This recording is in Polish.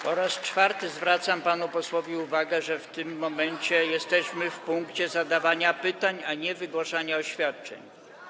Po raz czwarty zwracam panu posłowi uwagę, że w tym momencie jesteśmy w punkcie zadawania pytań, a nie wygłaszania oświadczeń.